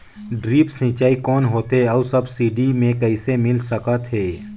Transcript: Drip सिंचाई कौन होथे अउ सब्सिडी मे कइसे मिल सकत हे?